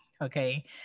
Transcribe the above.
okay